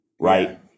right